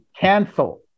cancel